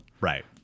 Right